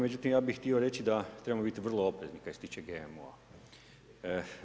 Međutim, ja bih htio reći da trebamo biti vrlo oprezni kad se tiče GMO-a.